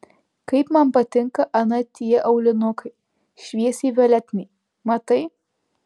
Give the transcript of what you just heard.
kaip man patinka ana tie aulinukai šviesiai violetiniai matai